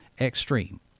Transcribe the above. extreme